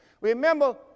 Remember